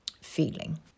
feeling